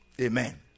amen